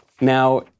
Now